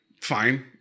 fine